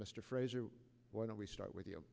mr fraser why don't we start with you